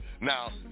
now